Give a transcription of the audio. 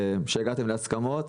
שהגעתם להסכמות.